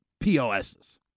POSs